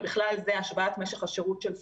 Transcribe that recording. ובכלל זה השוואת משך השירות של נשים.